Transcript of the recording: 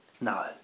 no